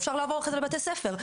אפשר לעבור אחרי זה לבתי הספר.